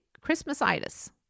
Christmas-itis